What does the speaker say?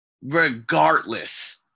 regardless